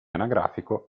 anagrafico